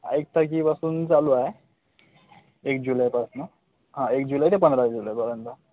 एक तारखेपासून चालू आहे एक जुलै पासनं हा एक जुलै ते पंधरा जुलैपर्यंत